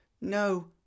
No